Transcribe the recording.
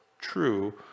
true